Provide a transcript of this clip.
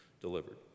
delivered